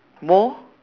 more